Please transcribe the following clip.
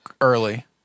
early